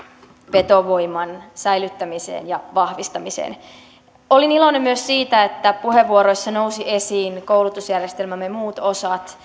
vetovoiman säilyttämiseen ja vahvistamiseen olin iloinen myös siitä että puheenvuoroissa nousivat esiin koulutusjärjestelmämme muut osat